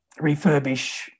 refurbish